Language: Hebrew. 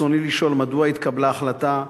רצוני לשאול: 1. מדוע התקבלה ההחלטה?